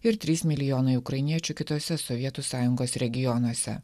ir trys milijonai ukrainiečių kitose sovietų sąjungos regionuose